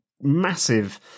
massive